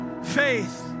faith